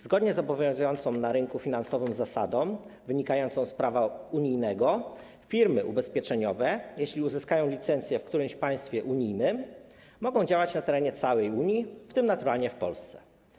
Zgodnie z obowiązującą na rynku finansowym zasadą wynikającą z prawa unijnego firmy ubezpieczeniowe, jeśli uzyskają licencję w którymś państwie unijnym, mogą działać na terenie całej Unii, w tym naturalnie w Polsce.